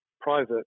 private